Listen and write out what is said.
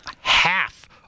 half